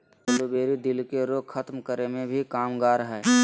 blueberry, दिल के रोग खत्म करे मे भी कामगार हय